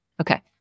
Okay